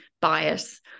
bias